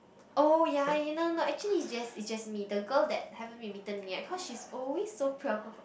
oh ya no no no actually it's just it's just me the girl that haven't been meeting me yet cause she's always so preoccupied